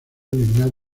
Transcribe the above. eliminar